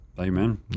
Amen